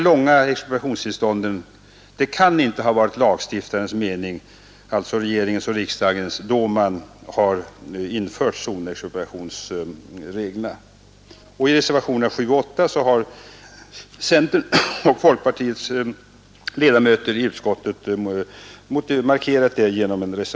Det kan inte ha varit lagstiftarens mening, alltså regeringens och riksdagens mening, då man införde zonexpropriationsreglerna att ha så långa expropriationstillstånd, och i reservationerna 7 och 8 har centerns och folkpartiets ledamöter i utskottet markerat det.